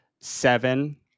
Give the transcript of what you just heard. seven